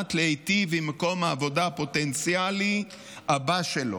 מנת להיטיב עם מקום העבודה הפוטנציאלי הבא שלו.